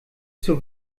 zur